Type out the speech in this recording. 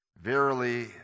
Verily